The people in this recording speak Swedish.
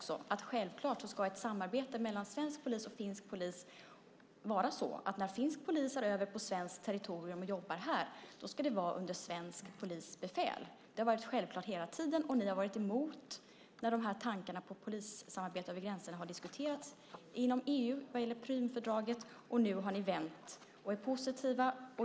Självklart ska ett samarbete mellan svensk polis och finsk polis gå till så att när finsk polis kommer över på svenskt territorium och jobbar här ska det vara under svenskt polisbefäl. Det har varit självklart hela tiden, och ni har varit emot när de här tankarna på polissamarbete över gränserna har diskuterats inom EU i form av Prümfördraget. Nu har ni vänt och är positiva.